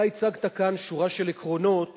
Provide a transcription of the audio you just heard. אתה הצגת כאן שורה של עקרונות